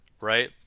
right